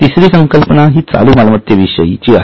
तिसरी संकल्पना हि चालू मालमत्तेविषयी आहे